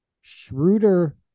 Schroeder